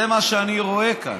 זה מה שאני רואה כאן.